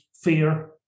fear